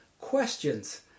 questions